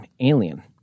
Alien